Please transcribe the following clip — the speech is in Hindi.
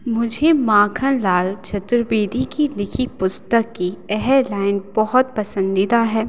मुझे माखन लाल चतुर्वेदी की लिखी पुस्तक की वह लाइन बहुत पसंदीदा है